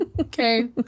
Okay